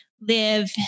live